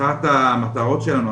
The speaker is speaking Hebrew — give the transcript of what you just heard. אחת המטרות שלנו,